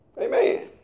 Amen